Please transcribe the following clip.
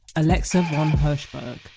alexa von hirschberg.